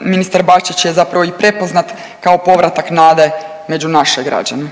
ministar Bačić je zapravo i prepoznat kao povratak nade među naše građane.